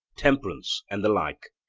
temperance, and the like.